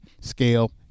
scale